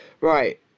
right